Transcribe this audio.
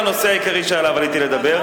לנושא העיקרי שעליו עליתי לדבר,